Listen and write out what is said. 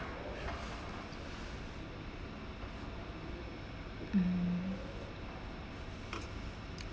mmhmm